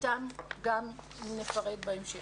אותם נפרט בהמשך.